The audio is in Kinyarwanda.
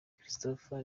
christopher